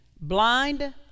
blind